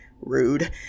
rude